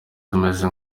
tumeze